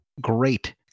Great